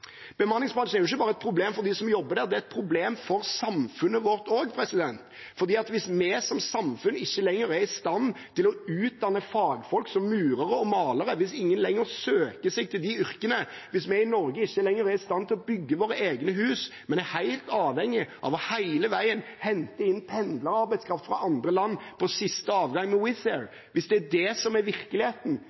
er ikke bare et problem for dem som jobber der, den er et problem for samfunnet vårt også. Hvis vi som samfunn ikke lenger er i stand til å utdanne fagfolk, som murere og malere, hvis ingen lenger søker seg til disse yrkene, hvis vi i Norge ikke lenger er i stand til å bygge våre egne hus, men er helt avhengige av hele veien å hente inn pendlerarbeidskraft fra andre land på siste avgang med Wizz Air, hvis det er virkeligheten i den norske økonomien, er Norge et veldig sårbart land den dagen det oppstår problemer, som